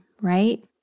right